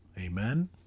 amen